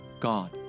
God